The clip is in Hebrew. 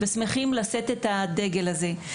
ושמחים לשאת את הדגל הזה.